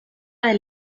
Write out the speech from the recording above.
del